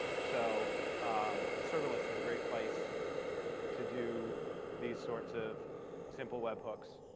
so serverless is a great place to do these sorts of simple web hooks.